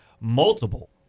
multiple